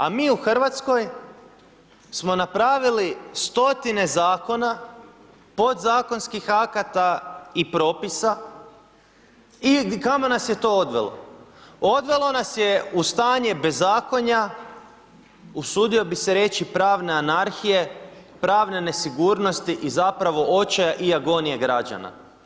A mi u Hrvatskoj smo napravili 100-tine zakona, podzakonskih akata i propisa i kamo nas je to odvelo, odvelo nas je u stanje bezakonja usudio bi se reći pravne anarhije, pravne nesigurnosti i zapravo očaja i agonije građana.